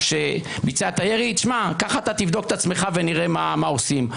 שביצע את הירי: תבדוק את עצמך ונראה מה עושים,